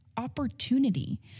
opportunity